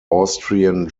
austrian